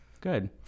good